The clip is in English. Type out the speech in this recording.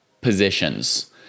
positions